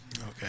Okay